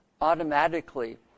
automatically